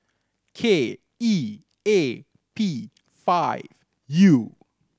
K E A P five U